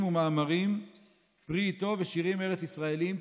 ומאמרים פרי עטו ושירים ארץ-ישראליים.